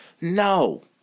No